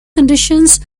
conditions